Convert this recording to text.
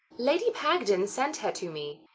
lady pagden sent her to me.